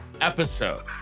episode